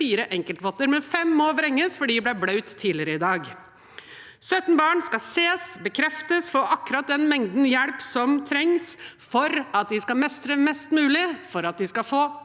34 enkeltvotter, og 5 må vrenges fordi de ble bløte tidligere i dag. 17 barn skal ses, bekreftes og få akkurat den mengden hjelp som trengs for at de skal mestre mest mulig, for at de skal få